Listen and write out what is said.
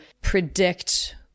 predict